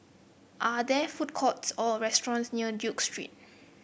are there food courts or restaurants near Duke Street